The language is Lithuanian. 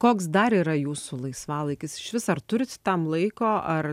koks dar yra jūsų laisvalaikis išvis ar turit tam laiko ar